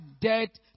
debt